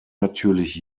natürlich